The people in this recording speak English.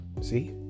see